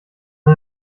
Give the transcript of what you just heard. der